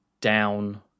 down